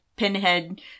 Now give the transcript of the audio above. Pinhead